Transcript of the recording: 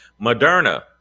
Moderna